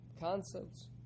concepts